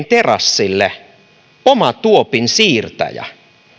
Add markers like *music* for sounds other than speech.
*unintelligible* terassille oma tuopin siirtäjä